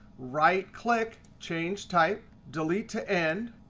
right click, change type, delete to end,